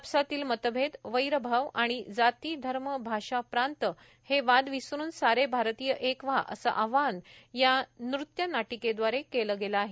आपसातील मतभेद वैरभाव आणि जाती धर्म भाषा प्रांत हे वाद विसरून सारे भारतीय एक व्हा असं आवाहन या नृत्य नाटिकेदवारे केलं गेलं आहे